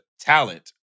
talent